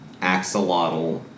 axolotl